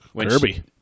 Kirby